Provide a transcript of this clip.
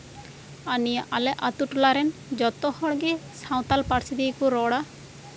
ᱟᱨ ᱱᱤᱭᱟᱹ ᱟᱞᱮ ᱟᱹᱛᱩ ᱴᱚᱞᱟ ᱨᱮᱱ ᱡᱚᱛᱚ ᱦᱚᱲ ᱜᱮ ᱥᱟᱱᱛᱟᱞ ᱯᱟᱹᱨᱥᱤ ᱛᱮᱜᱮ ᱠᱚ ᱨᱚᱲᱼᱟ